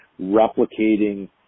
replicating